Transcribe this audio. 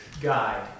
guide